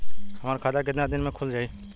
हमर खाता कितना केतना दिन में खुल जाई?